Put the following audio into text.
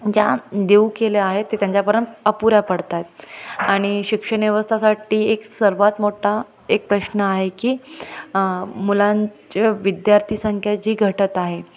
ज्या देऊ केल्या आहेत ते त्यांच्यापर्यंत अपुऱ्या पडत आहेत आणि शिक्षण व्यवस्थेसाठी एक सर्वात मोठा एक प्रश्न आहे की मुलांच्या विद्यार्थी संख्या जी घटत आहे